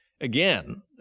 again